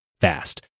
fast